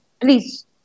please